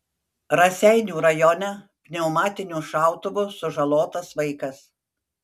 raseinių rajone pneumatiniu šautuvu sužalotas vaikas